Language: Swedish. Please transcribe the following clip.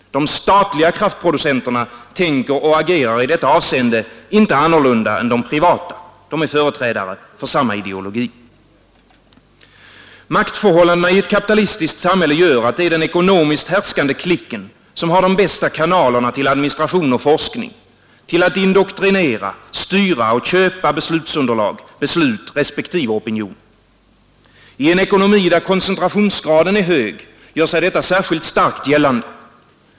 De statliga kraftproducenterna tänker och agerar i detta avseende inte annorlunda än de privata. De är företrädare för samma ideologi. Maktförhållandena i ett kapitalistiskt samhälle gör att det är den ekonomiskt härskande klicken som har de bästa kanalerna till administration och forskning, till att indoktrinera, styra och köpa beslutsunderlag, beslut respektive opinioner. I en ekonomi där koncentrationsgraden är hög gör sig detta särskilt starkt gällande.